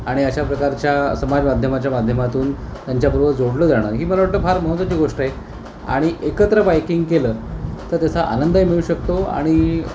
आणि अशा प्रकारच्या समाज माध्यमाच्या माध्यमातून त्यांच्याबरोबर जोडलं जाणं ही मला वाटतं फार महत्त्वाची गोष्ट आहे आणि एकत्र बायकिंग केलं तर त्याचा आनंदही मिळू शकतो आणि